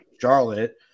Charlotte